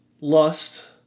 lust